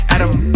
Adam